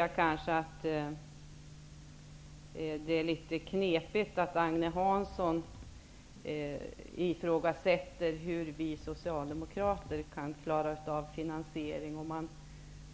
Jag tycker att det är litet märkligt att Agne Hansson ifrågasätter om vi Socialdemokrater kan klara en finansiering med